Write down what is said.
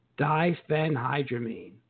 diphenhydramine